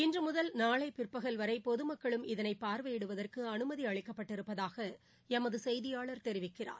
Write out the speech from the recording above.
இன்று முதல் நாளை பிற்பகல் வரை பொதுமக்களும் இதனை பார்வையிடுவதற்கு அனுமதி அளிக்கப்பட்டிருப்பதாக எமது செய்தியாளர் தெரிவிக்கிறார்